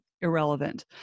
irrelevant